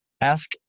Ask